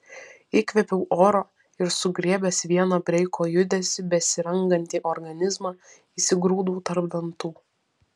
įkvėpiau oro ir sugriebęs vieną breiko judesy besirangantį organizmą įsigrūdau tarp dantų